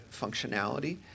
functionality